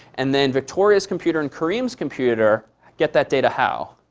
and then victoria's computer and kareem's computer get that data how?